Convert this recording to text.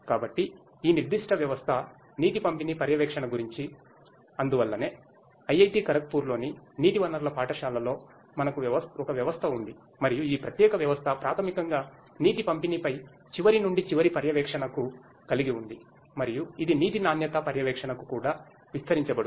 కాబట్టి ఈ నిర్దిష్ట వ్యవస్థ నీటి పంపిణీ పర్యవేక్షణ గురించి అందువల్లనే IIT ఖరగ్పూర్లోని నీటి వనరుల పాఠశాలలో మనకు ఒక వ్యవస్థ ఉంది మరియు ఈ ప్రత్యేక వ్యవస్థ ప్రాథమికంగా నీటి పంపిణీపై చివరి నుండి చివరి పర్యవేక్షణను కలిగి ఉంది మరియు ఇది నీటి నాణ్యత పర్యవేక్షణకు కూడా విస్తరించబడుతుంది